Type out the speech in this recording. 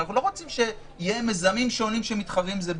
אנחנו לא רוצים שיהיו מיזמים שונים שמתחרים זה בזה.